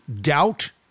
doubt